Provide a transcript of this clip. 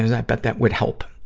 i bet that would help.